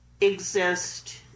exist